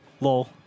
Lol